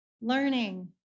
learning